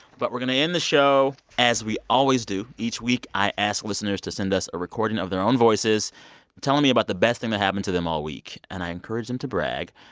but we're going to end the show as we always do. each week, i ask listeners to send us a recording of their own voices telling me about the best thing that happened to them all week. and i encourage them to brag.